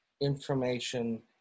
information